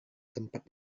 tempat